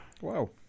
Wow